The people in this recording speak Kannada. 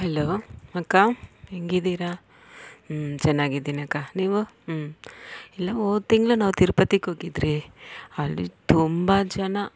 ಹಲೋ ಅಕ್ಕ ಹೇಗಿದ್ದೀರಾ ಹ್ಞೂ ಚೆನ್ನಾಗಿದ್ದೀನಕ್ಕ ನೀವು ಹ್ಞೂ ಇಲ್ಲ ಹೋದ ತಿಂಗ್ಳು ನಾವು ತಿರುಪತಿಗೋಗಿದ್ವಿ ಅಲ್ಲಿ ತುಂಬ ಜನ